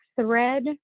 thread